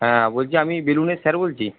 হ্যাঁ বলছি আমি বেলুনের স্যার বলছি